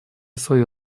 свои